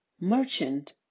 merchant